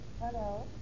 Hello